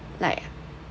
like